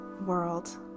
world